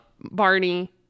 barney